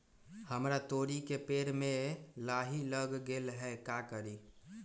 हमरा तोरी के पेड़ में लाही लग गेल है का करी?